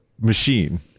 machine